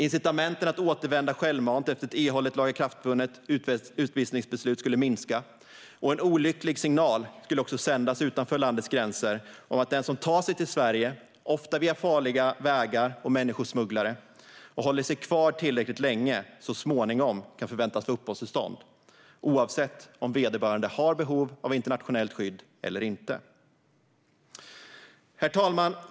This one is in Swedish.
Incitamenten att återvända självmant efter ett erhållet lagakraftvunnet utvisningsbeslut skulle minska, och en olycklig signal skulle också sändas utanför landets gränser om att den som tar sig till Sverige, ofta via farliga vägar och människosmugglare, och håller sig kvar tillräckligt länge så småningom kan förväntas få uppehållstillstånd oavsett om vederbörande har behov av internationellt skydd eller inte. Herr talman!